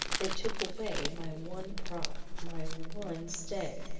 it took away my one prop, my one stay,